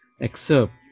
excerpt